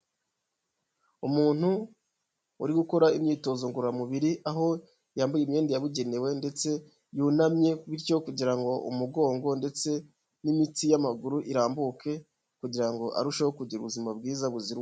Umuntu uri gukora imyitozo ngororamubiri aho yambaye imyenda yabugenewe ndetse yunamye bityo kugira ngo umugongo ndetse n'imitsi y'amaguru irambuke kugira ngo arusheho kugira ubuzima bwiza buzira umuze.